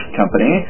company